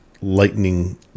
lightning